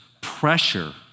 pressure